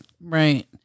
Right